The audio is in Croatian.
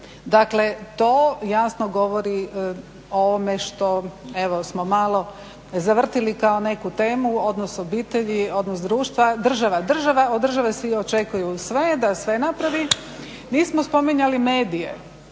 Dakle to jasno govori o ovome što smo malo zavrtili kao neku temu, odnos obitelji, odnos društva, država, država, od države se i očekuje da sve napravi. Nismo spominjali medije,